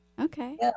Okay